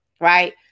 Right